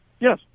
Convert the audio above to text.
Yes